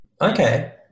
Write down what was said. Okay